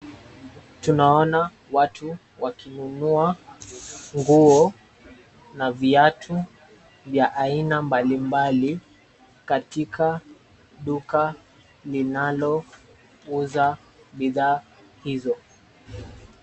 Tunawaona watu wakinunua nguo na viatu vya aina mbalimbali katika duka linalouza bidhaa hizo.